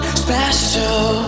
special